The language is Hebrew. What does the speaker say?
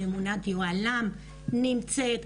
ממונת היוהל"מ נמצאת,